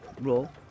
roll